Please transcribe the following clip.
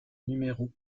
numéro